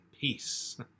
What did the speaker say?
peace